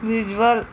visual